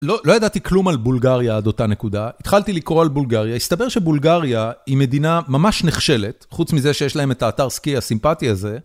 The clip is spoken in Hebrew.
לא ידעתי כלום על בולגריה עד אותה נקודה, התחלתי לקרוא על בולגריה, הסתבר שבולגריה היא מדינה ממש נכשלת, חוץ מזה שיש להם את האתר סקי הסימפטי הזה.